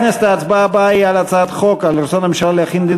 ההצבעה הבאה היא על רצון הממשלה להחיל דין